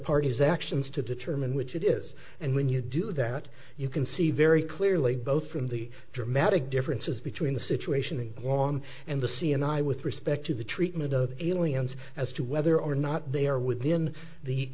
party's actions to determine which it is and when you do that you can see very clearly both from the dramatic differences between the situation in the long and the c and i with respect to the treatment of aliens as to whether or not they are within the